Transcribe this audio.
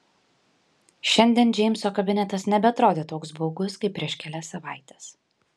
šiandien džeimso kabinetas nebeatrodė toks baugus kaip prieš kelias savaites